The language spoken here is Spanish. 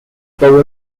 todo